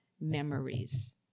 memories